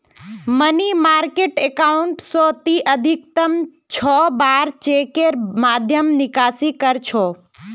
money market account स ती अधिकतम छह बार चेकेर माध्यम स निकासी कर सख छ